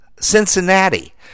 Cincinnati